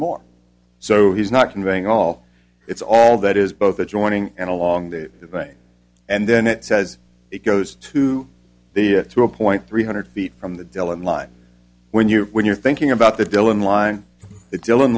more so he's not conveying all it's all that is both adjoining and along the way and then it says it goes to the to a point three hundred feet from the dylan line when you when you're thinking about the dylan line that dylan